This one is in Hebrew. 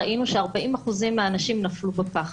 ראינו ש-40% מהאנשים נפלו בפח.